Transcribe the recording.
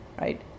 right